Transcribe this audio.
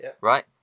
Right